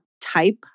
type